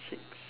six